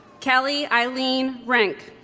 kelly eileen renk